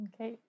Okay